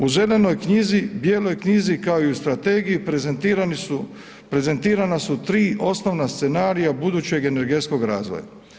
U zelenoj knjizi, bijeloj knjizi, kao i u strategiji prezentirana su tri osnovna scenarija budućeg energetskog razvoja.